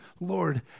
Lord